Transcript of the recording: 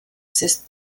sest